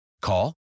Call